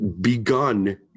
begun